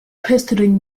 pestering